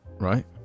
right